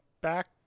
back